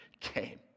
came